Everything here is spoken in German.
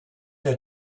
der